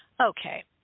Okay